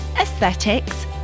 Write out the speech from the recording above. aesthetics